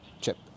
chip